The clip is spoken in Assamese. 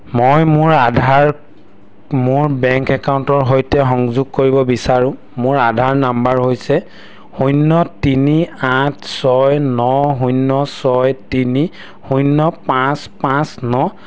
মই মোৰ আধাৰক মোৰ বেংক একাউণ্টৰ সৈতে সংযোগ কৰিব বিচাৰোঁ মোৰ আধাৰ নাম্বাৰ হৈছে শূন্য তিনি আঠ ছয় ন শূন্য ছয় তিনি শূন্য পাঁচ পাঁচ ন